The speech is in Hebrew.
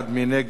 מי נגד?